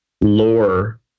lore